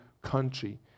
country